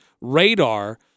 radar